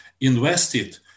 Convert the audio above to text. invested